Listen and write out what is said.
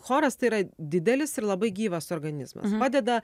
choras tai yra didelis ir labai gyvas organizmas padeda